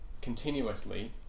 continuously